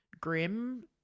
grim